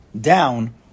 down